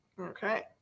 Okay